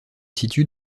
situe